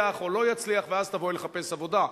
יצליח, או לא יצליח, ואז תבואי לחפש עבודה.